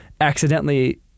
accidentally